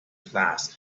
flask